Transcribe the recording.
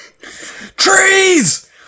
Trees